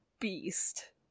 beast